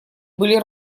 были